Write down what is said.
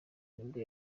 nibwo